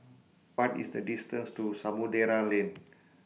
What IS The distance to Samudera Lane